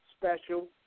special